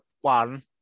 one